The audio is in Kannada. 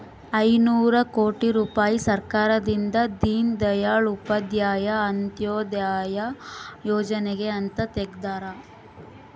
ಐನೂರ ಕೋಟಿ ರುಪಾಯಿ ಸರ್ಕಾರದಿಂದ ದೀನ್ ದಯಾಳ್ ಉಪಾಧ್ಯಾಯ ಅಂತ್ಯೋದಯ ಯೋಜನೆಗೆ ಅಂತ ತೆಗ್ದಾರ